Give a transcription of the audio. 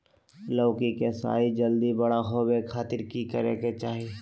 लौकी के साइज जल्दी बड़ा होबे खातिर की करे के चाही?